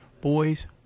Boys